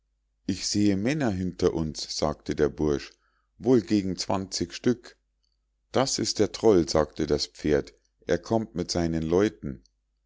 ich sehe männer hinter uns sagte der bursch wohl gegen zwanzig stück das ist der troll sagte das pferd er kommt mit seinen leuten